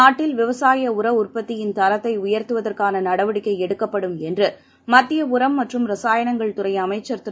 நாட்டில் விவசாய உர உற்பத்தியின் தரத்தைஉயர்த்துவதற்கானநடவடிக்கைஎடுக்கப்படும் என்றுமத்தியஉரம் மற்றும் ரசாயணங்கள் துறைஅமைச்சர் திரு